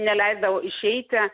neleisdavo išeiti